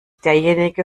derjenige